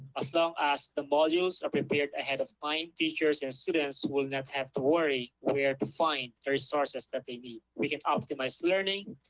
as long as the modules are prepared ahead of time, teachers and students will not have to worry where to find the resources that they need. we can optimize learning,